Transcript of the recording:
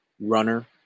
runner